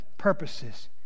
Purposes